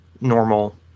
normal